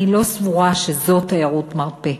אני לא סבורה שזאת תיירות מרפא.